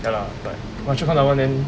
ya lah but macam one hour then